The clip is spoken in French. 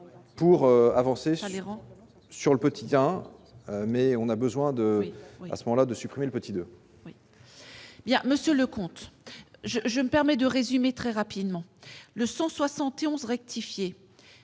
pour avancer sur le petit hein, mais on a besoin de à ce moment-là, de supprimer le petit 2. Il y a Monsieur le comte je je me permets de résumer très rapidement, le 171 rectifier.